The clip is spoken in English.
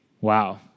Wow